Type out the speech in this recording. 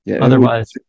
Otherwise